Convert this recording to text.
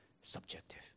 subjective